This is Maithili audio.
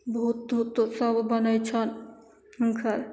भूत तूत सब बनय छनि हुनकर